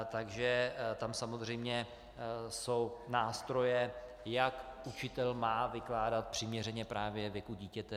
Takže tam samozřejmě jsou nástroje, jak učitel má vykládat přiměřeně právě věku dítěte.